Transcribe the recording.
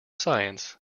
science